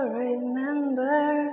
remember